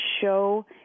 show